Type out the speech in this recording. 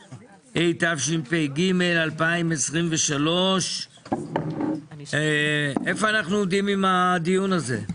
התשפ"ג 2023. איפה אנחנו עומדים עם הדיון הזה?